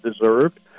deserved